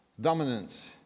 Dominance